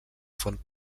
font